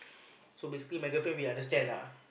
so basically my girlfriend we understand lah